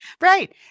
Right